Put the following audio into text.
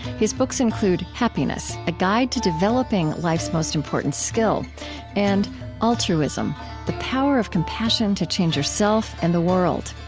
his books include happiness a guide to developing life's most important skill and altruism the power of compassion to change yourself and the world.